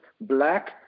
black